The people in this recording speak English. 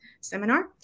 seminar